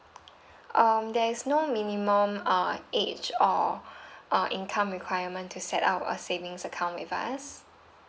um there is no minimum uh age or uh income requirement to set up a savings account with us